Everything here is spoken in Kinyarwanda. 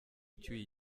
icyuye